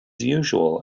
usual